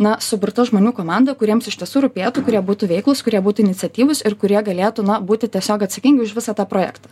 na suburta žmonių komanda kuriems iš tiesų rūpėtų kurie būtų veiklūs kurie būtų iniciatyvūs ir kurie galėtų na būti tiesiog atsakingi už visą tą projektą